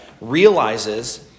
realizes